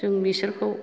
जों बिसोरखौ